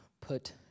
put